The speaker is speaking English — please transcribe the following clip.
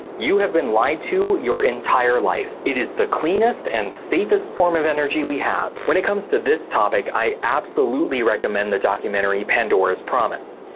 you have been lied to your entire life. it is the cleanest and safest form of energy we have. when it comes to this topic, i absolutely recommend the documentary pandora's promise.